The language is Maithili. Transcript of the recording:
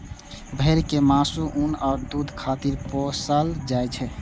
भेड़ कें मासु, ऊन आ दूध खातिर पोसल जाइ छै